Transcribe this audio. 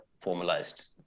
formalized